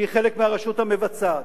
שהיא חלק מהרשות המבצעת.